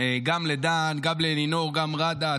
גם לדן, גם לאלינור, גם ראדה.